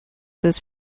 this